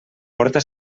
porta